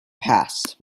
passed